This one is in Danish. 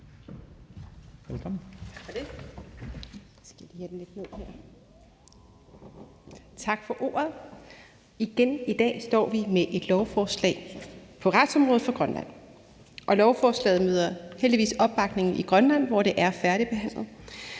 Tak for ordet. Igen i dag står vi med et lovforslag på retsområdet for Grønland. Lovforslaget møder heldigvis opbakning i Grønland, hvor det er færdigbehandlet,